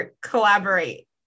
collaborate